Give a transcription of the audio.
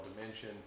dimension